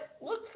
Look